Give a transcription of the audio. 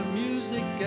music